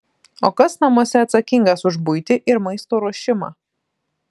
o kas namuose atsakingas už buitį ir maisto ruošimą